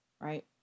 Right